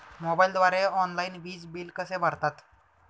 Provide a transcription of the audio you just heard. मोबाईलद्वारे ऑनलाईन वीज बिल कसे भरतात?